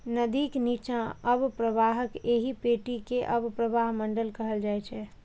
नदीक निच्चा अवप्रवाहक एहि पेटी कें अवप्रवाह मंडल कहल जाइ छै